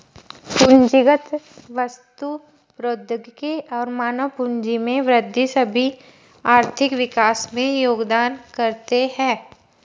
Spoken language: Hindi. पूंजीगत वस्तु, प्रौद्योगिकी और मानव पूंजी में वृद्धि सभी आर्थिक विकास में योगदान करते है